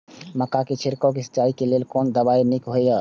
मक्का के छिड़काव सिंचाई के लेल कोन दवाई नीक होय इय?